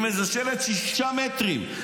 עם איזה שלט שישה מטרים,